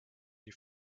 die